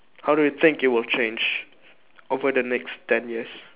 how do you think it will change over the next ten years